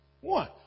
One